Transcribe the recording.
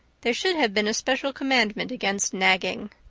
there should have been a special commandment against nagging.